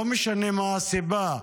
לא משנה מה הסיבה,